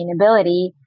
sustainability